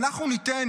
אנחנו ניתן